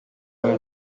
эми